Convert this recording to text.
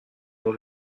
l’on